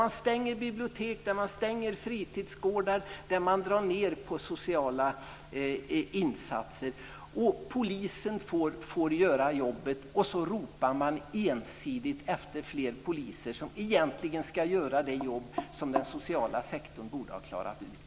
Man stänger bibliotek och fritidsgårdar, och man drar ned på sociala insatser. Polisen får göra jobbet. Man ropar ensidigt efter fler poliser, som då ska göra det jobb som den sociala sektorn borde ha klarat av.